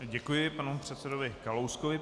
Děkuji panu předsedovi Kalouskovi.